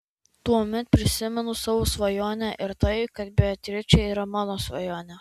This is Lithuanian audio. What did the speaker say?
tuomet prisimenu savo svajonę ir tai kad beatričė yra mano svajonė